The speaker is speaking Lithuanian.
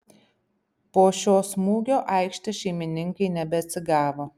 po šio smūgio aikštės šeimininkai nebeatsigavo